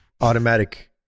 automatic